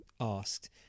asked